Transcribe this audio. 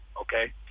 Okay